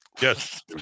yes